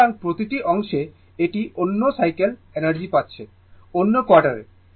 সুতরাং প্রতিটি অংশে এটি অন্য সাইকেলে এনার্জি পাচ্ছে অন্য কোয়ার্টার এ